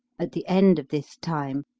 at the end of this time,